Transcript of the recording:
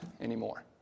anymore